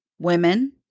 women